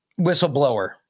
whistleblower